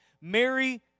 Mary